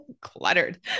cluttered